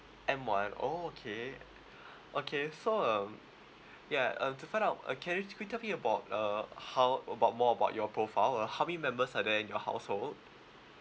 M one oh okay okay so um ya uh to find out uh can you can you tell me about uh how about more about your profile uh how many members are there in your household